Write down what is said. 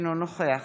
אינו נוכח